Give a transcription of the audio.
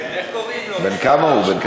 בן כמה הוא?